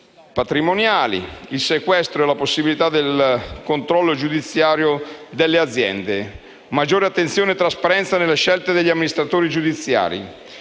patrimoniale, il sequestro e la possibilità del controllo giudiziario delle aziende. Vi è poi maggiore attenzione e trasparenza nella scelta degli amministratori giudiziari